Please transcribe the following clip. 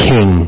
King